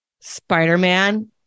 Spider-Man